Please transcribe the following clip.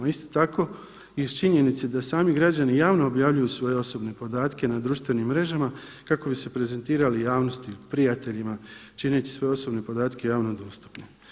Isto tako, iz činjenice da sami građani javno objavljuju svoje osobne podatke na društvenim mrežama kako bi se prezentirali javnosti, prijateljima, čineći svoje osobne podatke javno dostupnim.